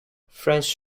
french